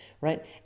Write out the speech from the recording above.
right